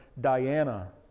diana